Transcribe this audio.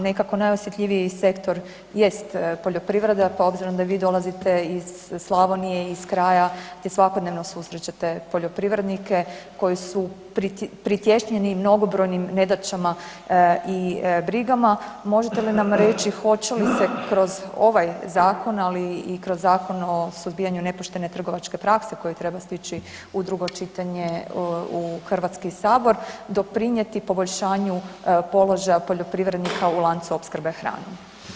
Nekako najosjetljiviji sektor jest poljoprivreda, pa s obzirom da vi dolazite iz Slavonija iz kraja gdje svakodnevno susrećete poljoprivrednike koji su pritješnjeni mnogobrojnim nedaćama i brigama, možete li nam reći hoće li se kroz ovaj zakon ali i kroz Zakon o suzbijanju nepoštene trgovačke prakse koji treba stići u drugo čitanje u Hrvatski sabor doprinijeti poboljšanju položaju poljoprivrednika u lancu opskrbe hranom.